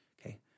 Okay